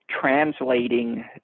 translating